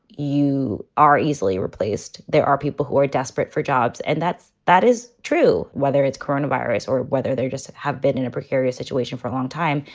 you are easily replaced. there are people who are desperate for jobs. and that's that is true. whether it's coronavirus or whether there just have been in a precarious situation for a long time,